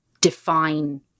define